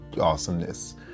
awesomeness